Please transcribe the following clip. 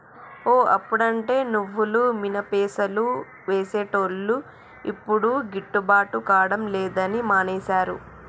ఓ అప్పుడంటే నువ్వులు మినపసేలు వేసేటోళ్లు యిప్పుడు గిట్టుబాటు కాడం లేదని మానేశారు